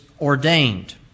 ordained